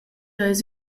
eis